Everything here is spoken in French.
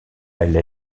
elle